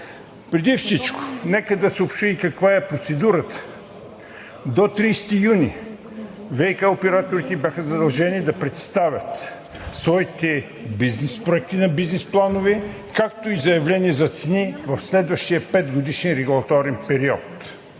Преди всичко нека да съобщя каква е процедурата. До 30 юни ВиК операторите бяха задължени да представят своите бизнес проекти на бизнес планове, както и заявления за цени в следващия петгодишен регулаторен период.